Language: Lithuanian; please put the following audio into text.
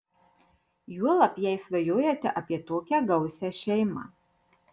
juolab jei svajojate apie tokią gausią šeimą